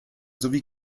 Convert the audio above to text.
sowie